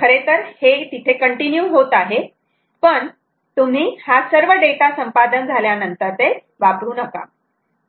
खरेतर हे तिथे कंटिन्यू होत आहे पण तुम्ही हा सर्व डेटा संपादन झाल्यानंतर वापरू नका